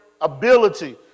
ability